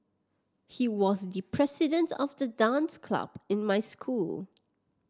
he was the president of the dance club in my school